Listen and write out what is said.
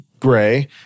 gray